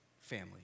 family